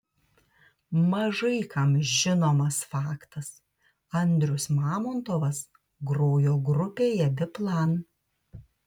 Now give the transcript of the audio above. mažai kam žinomas faktas andrius mamontovas grojo grupėje biplan